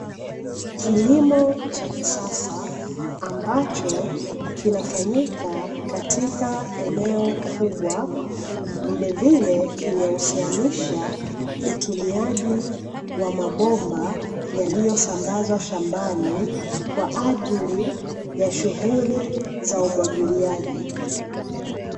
Kilimo cha kisasa ambacho kinafanyika katika eneo kubwa. Vilevile kimehusianisha utumiaji wa mabomba yaliyosambazwa shambani kwaajili ya shughuli za umwagiliaji.